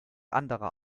anderer